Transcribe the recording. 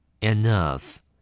Enough